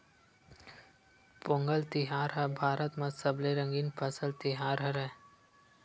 पोंगल तिहार ह भारत म सबले रंगीन फसल तिहार हरय